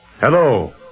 Hello